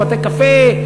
או בתי-קפה,